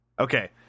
Okay